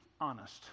honest